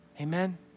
Amen